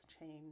change